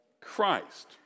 Christ